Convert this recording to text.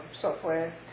software